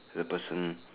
to the person